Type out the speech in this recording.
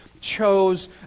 chose